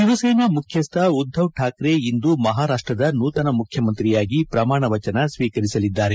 ಶಿವಸೇನಾ ಮುಖ್ಯಸ್ಥ ಉದ್ದವ್ ಠಾಕ್ರೆ ಇಂದು ಮಹಾರಾಷ್ಟದ ನೂತನ ಮುಖ್ಯಮಂತ್ರಿಯಾಗಿ ಪ್ರಮಾಣವಚನ ಸ್ವೀಕರಿಸಲಿದ್ದಾರೆ